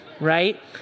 right